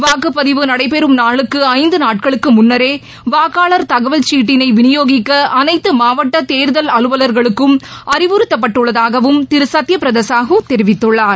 வாக்குப்பதிவு நடைபெறும் நாளுக்கு ஐந்து நாட்களுக்கு முன்னரே வாக்காளர் தகவல் சீட்டினை விநியோகிக்க அளைத்து மாவட்ட தேர்தல் அலுவல்களுக்கும் அறிவுறத்தப்பட்டுள்ளதாகவும் திரு சத்திய பிரதா சாகு தெரிவித்துள்ளார்